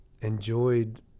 enjoyed